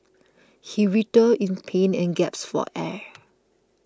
he writhed in pain and gasped for air